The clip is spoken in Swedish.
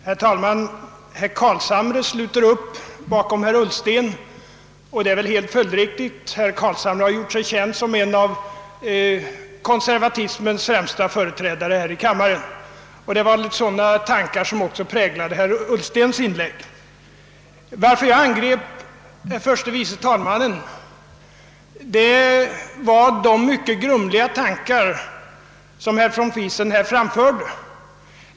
Herr talman! Herr Carlshamre sluter upp bakom herr Ullsten, och det är väl helt följdriktigt. Herr Carlshamre har gjort sig känd som en av konservatismens främsta företrädare här i kammaren. Det var sådana tankar som också präglade herr Ullstens inlägg. Anledningen till att jag angrep herr förste vice talmannen var de mycket grumliga tankar som herr von Friesen här framförde.